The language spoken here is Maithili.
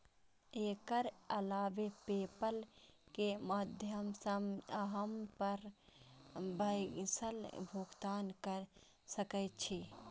एकर अलावे पेपल के माध्यम सं अहां घर बैसल भुगतान कैर सकै छी